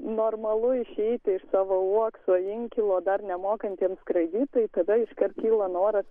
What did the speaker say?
normalu išeiti ir savo uokso inkilo dar nemokantiems skraidyt tada iškart kyla noras